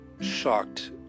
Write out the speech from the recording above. shocked